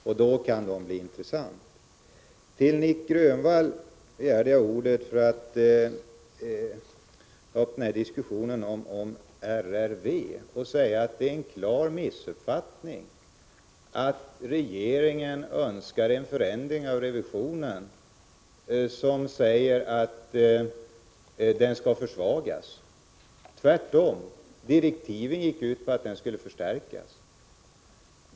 Nic Grönvall tog i sitt anförande upp frågan om RRV:s roll. Det är en klar missuppfattning om man tror att regeringen önskar en förändring av revisionen så att den försvagas. Direktiven gick tvärtom ut på att revisionen skulle förstärkas.